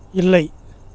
இல்லை